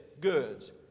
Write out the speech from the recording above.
goods